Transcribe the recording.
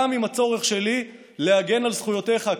גם עם הצורך שלי להגן על זכויותיך,